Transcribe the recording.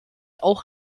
auch